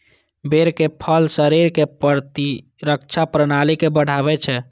बेरक फल शरीरक प्रतिरक्षा प्रणाली के बढ़ाबै छै